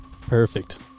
Perfect